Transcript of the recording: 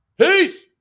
Peace